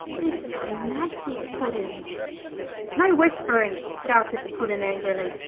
it's a magic puddin' no whispering shouted the puddin' angrily.